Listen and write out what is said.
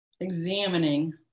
examining